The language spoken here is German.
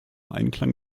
einklang